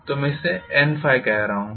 तो मैं इसे N कह रहा हूं